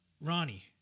ronnie